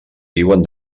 viuen